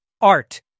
Art